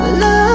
love